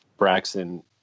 Braxton